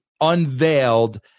unveiled